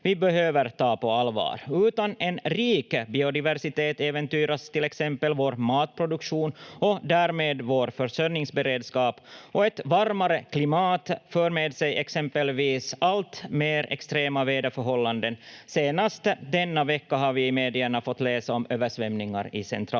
vi behöver ta på allvar. Utan en rik biodiversitet äventyras till exempel vår matproduktion och därmed vår försörjningsberedskap, och ett varmare klimat för med sig exempelvis allt mer extrema väderförhållanden. Senast denna vecka har vi i medierna fått läsa om översvämningar i Centraleuropa.